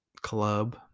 Club